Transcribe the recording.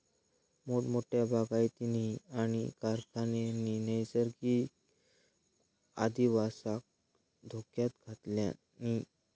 मोठमोठ्या बागायतींनी आणि कारखान्यांनी नैसर्गिक अधिवासाक धोक्यात घातल्यानी